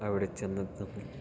അവിടെ ചെന്നെത്താൻ